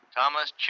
Thomas